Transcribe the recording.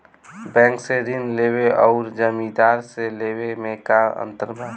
Bank से ऋण लेवे अउर जमींदार से लेवे मे का अंतर बा?